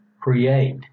create